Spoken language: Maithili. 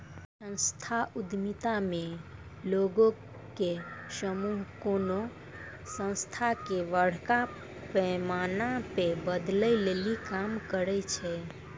संस्थागत उद्यमिता मे लोगो के समूह कोनो संस्था के बड़का पैमाना पे बदलै लेली काम करै छै